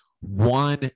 one